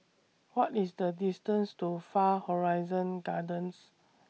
What IS The distance to Far Horizon Gardens